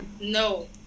No